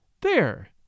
There